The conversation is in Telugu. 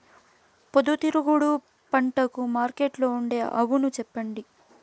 పొద్దుతిరుగుడు పంటకు మార్కెట్లో ఉండే అవును చెప్పండి?